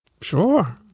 Sure